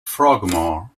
frogmore